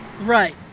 Right